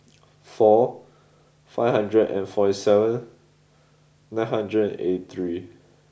four five hundred and forty seven nine hundred eighty three